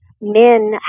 men